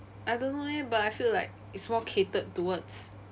I don't know eh but I feel like it's more catered towards